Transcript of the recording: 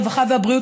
הרווחה והבריאות,